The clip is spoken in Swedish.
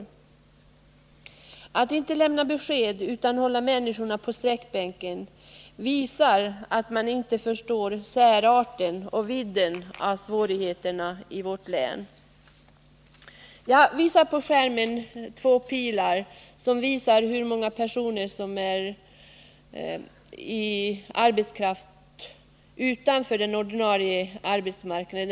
Man förstår inte särarten och vidden när det gäller svårigheterna i vårt län när man inte lämnar besked utan bara håller människorna på sträckbänken. På bildskärmen kan vi se två pilar avseende hur många personer som står utanför den ordinarie arbetsmarknaden.